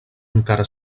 encara